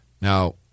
Now